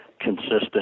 consistent